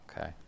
okay